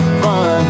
fun